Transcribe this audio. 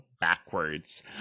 backwards